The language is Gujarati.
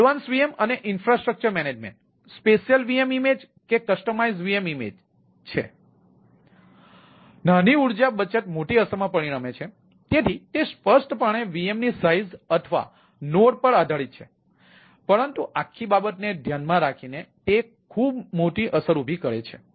તેથી નાની ઊર્જા બચત મોટી અસરમાં પરિણમે છે તેથી તે સ્પષ્ટ પણે VM ની સાઈઝ અથવા નોડ પર આધારિત છે પરંતુ આખી બાબતને ધ્યાનમાં રાખીને તે એક મોટી અસર ઉભી કરે છે